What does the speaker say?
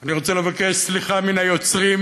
אני רוצה לבקש סליחה מן היוצרים,